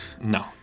no